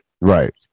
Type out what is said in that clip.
Right